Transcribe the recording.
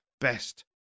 best